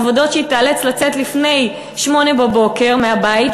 עבודות שבהן היא תיאלץ לצאת לפני 08:00 מהבית.